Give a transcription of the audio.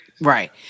right